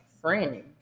friend